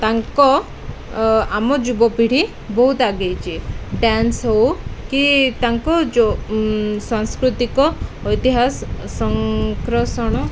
ତାଙ୍କ ଆମ ଯୁବପିଢ଼ି ବହୁତ ଆଗେଇଛି ଡ୍ୟାନ୍ସ ହଉ କି ତାଙ୍କ ଯେଉଁ ସାଂସ୍କୃତିକ ଇତିହାସ